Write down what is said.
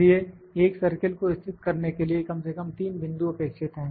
इसलिए एक सर्किल को स्थित करने के लिए कम से कम 3 बिंदु अपेक्षित हैं